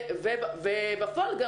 ובפועל גם